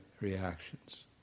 reactions